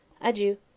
Adieu